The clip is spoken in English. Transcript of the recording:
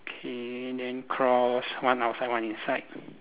K then cross one outside one inside